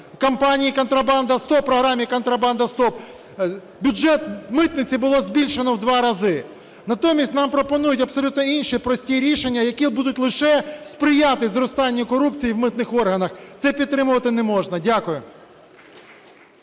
кампанії "Контрабанда - СТОП", програмі "Контрабанда - СТОП" бюджет митниці було збільшено в 2 рази. Натомість нам пропонують абсолютно інші "прості рішення", які будуть лише сприяти зростанню корупції в митних органах. Це підтримувати не можна. Дякую.